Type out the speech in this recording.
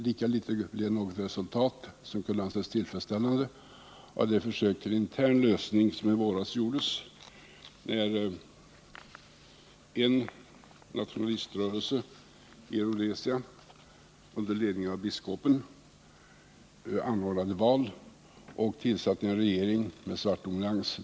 Lika litet blev det något resultat som kunde anses tillfredsställande av det försök till intern lösning som i våras gjordes när en nationaliströrelse i Rhodesia under ledning av biskop Muzorewa anordnade val och därefter tillsatte en regering med svart dominans.